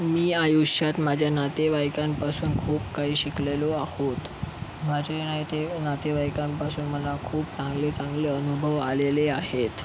मी आयुष्यात माझ्या नातेवाईकांपासून खूप काही शिकलेलो आहे माझे नाते नातेवाईकांपासून मला खूप चांगले चांगले अनुभव आलेले आहेत